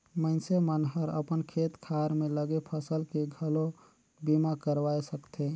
मइनसे मन हर अपन खेत खार में लगे फसल के घलो बीमा करवाये सकथे